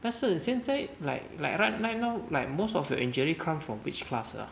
但是现在 like like right right now like most of your injury comes from which class ah